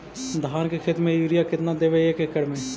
धान के खेत में युरिया केतना देबै एक एकड़ में?